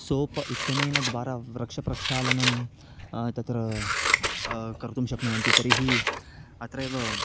soap इत्यनेन द्वारा वस्त्रप्रक्षालनं तत्र कर्तुं शक्नुवन्ति तर्हि अत्रैव